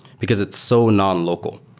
because it's so nonlocal.